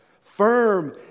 Firm